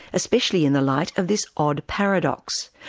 especially in the light of this odd paradox.